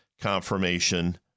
confirmation